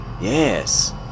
Yes